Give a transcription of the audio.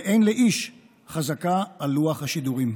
ואין לאיש חזקה על לוח השידורים.